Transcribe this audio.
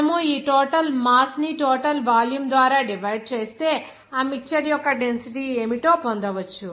మనము ఈ total mass ని ఈ టోటల్ వాల్యూమ్ ద్వారా డివైడ్ చేస్తే ఆ మిక్చర్ యొక్క డెన్సిటీ ఏమిటో పొందవచ్చు